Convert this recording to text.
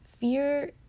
Fear